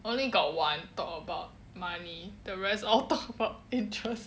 only got one talk about money the rest all talk about interest